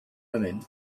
women